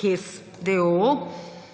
HESS,